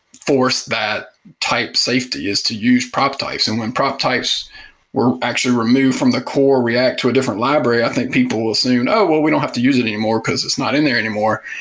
force that type safety is to use prop types and when prop types were actually removed from the core react to a different library, i think people will soon, oh, well we don't have to use it anymore, because it's not in there anymore,